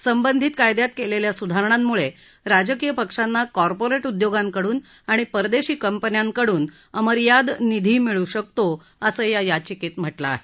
संबंधित कायद्यात केलेल्या सुधारणांमुळे राजकीय पक्षांना कॉपॅरिट उद्योगांकडून आणि परदेशी कंपन्यांकडून अमर्याद निधी मिळू शकतो असं या याचिकेत म्हटलं आहे